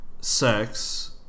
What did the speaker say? sex